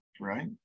Right